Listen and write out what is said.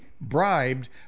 bribed